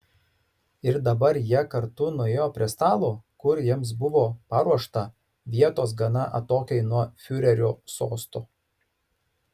ir dabar jie kartu nuėjo prie stalo kur jiems buvo paruošta vietos gana atokiai nuo fiurerio sosto